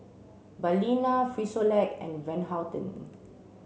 Balina Frisolac and Van Houten